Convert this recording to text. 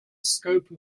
scope